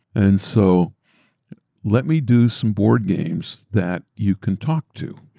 and so let me do some board games that you can talk to